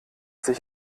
sich